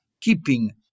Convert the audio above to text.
keeping